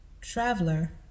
traveler